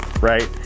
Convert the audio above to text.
right